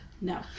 No